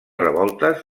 revoltes